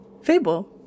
Fable